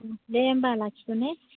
ओं दे होमब्ला लाखिदो ने